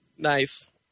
Nice